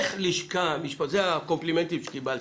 זה הקומפלימנטים שקיבלתם.